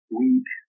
weak